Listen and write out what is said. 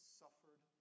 suffered